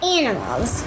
animals